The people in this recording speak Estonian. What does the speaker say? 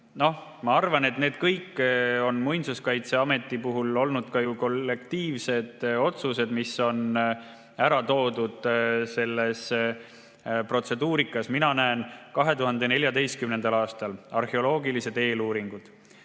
Ma arvan, et need kõik on Muinsuskaitseameti puhul olnud ka ju kollektiivsed otsused, mis on ära toodud selles protseduurikas. Mina näen seda: 2014. aastal arheoloogilised eeluuringud,